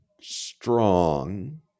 strong